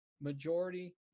majority